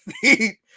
feet